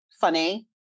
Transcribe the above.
funny